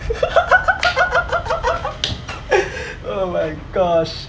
oh my gosh